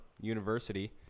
university